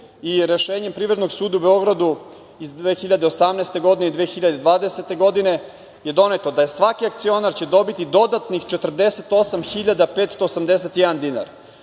i rešenje Privrednog suda u Beogradu iz 2018. godine i 2020. godine, je doneto da će svaki akcionar dobiti dodatnih 48.581 dinar. Dakle,